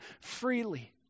freely